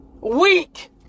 weak